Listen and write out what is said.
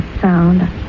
sound